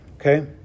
Okay